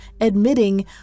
admitting